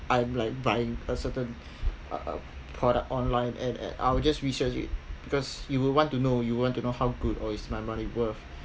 I am like buying a certain uh product online and and I will just research it because you would want to know you want to know how good or it's my money worth